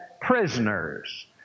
prisoners